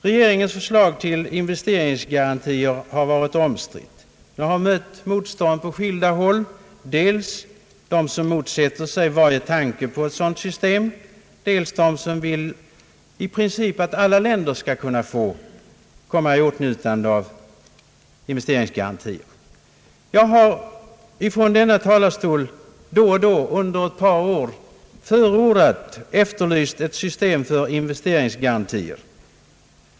Regeringens förslag till investeringsgarantier har varit omstritt och rönt motstånd från skilda håll, dels från dem som motsätter sig varje tanke på ett sådant system, dels från dem som i princip vill att alla länder skall kunna komma i åtnjutande av investeringsgaranti. Jag har från denna talarstol då och då under ett par år efterlyst ett system för investeringsgarantier.